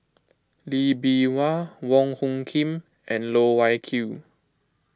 Lee Bee Wah Wong Hung Khim and Loh Wai Kiew